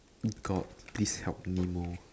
oh god please help me more